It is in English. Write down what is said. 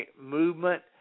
movement